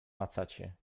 macacie